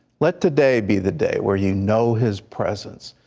let today be the day where you know his presence,